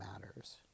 matters